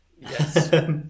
Yes